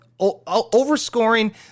overscoring